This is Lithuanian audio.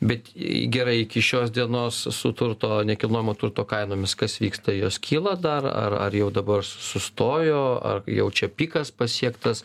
bet gerai iki šios dienos su turto nekilnojamo turto kainomis kas vyksta jos kyla dar ar ar jau dabar sustojo ar jau čia pikas pasiektas